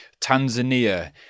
Tanzania